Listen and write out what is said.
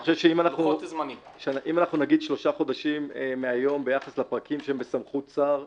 אני חושב שאם נגיד שלושה חודשים מהיום ביחס לפרקים שהם בסמכות שר,